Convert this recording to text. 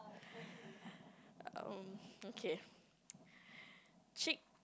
um okay chick